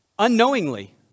Unknowingly